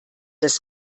das